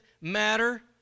matter